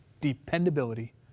dependability